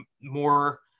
more